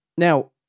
Now